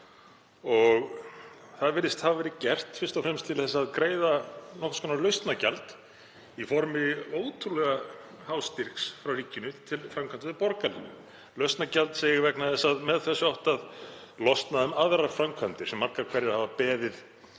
Það virðist hafa verið gert fyrst og fremst til að greiða nokkurs konar lausnargjald í formi ótrúlega hás styrks frá ríkinu til framkvæmda vegna borgarlínu. Lausnargjald, segi ég vegna þess að með þessu átti að losna um aðrar framkvæmdir sem margar hverjar hafa beðið